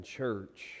church